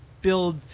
build